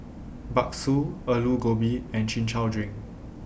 Bakso Aloo Gobi and Chin Chow Drink